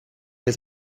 jest